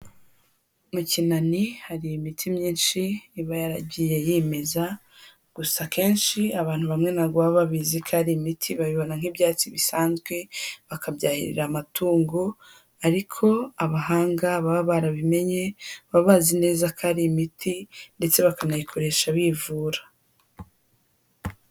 Mu kinani hari imiti myinshi iba yaragiye yimeza, gusa akenshi abantu bamwe ntabwo baba bizi ko ari imiti babibona nk'ibyatsi bisanzwe bakabyahirira amatungo ariko abahanga baba barabimenye baba bazi neza ko ari imiti ndetse bakanayikoresha bivura.